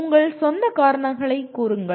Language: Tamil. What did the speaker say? உங்கள் சொந்த காரணங்களைக் கூறுங்கள்